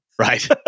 Right